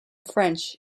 french